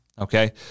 okay